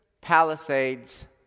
Palisades